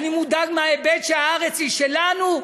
אני מודאג מההיבט שהארץ היא שלנו,